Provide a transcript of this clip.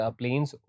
planes